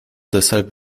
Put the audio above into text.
deshalb